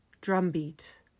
drumbeat